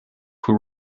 who